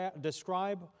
describe